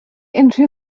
unrhyw